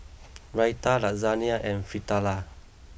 Raita Lasagne and Fritada